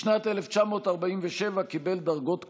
בשנת 1947 קיבל דרגות קצונה,